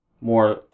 more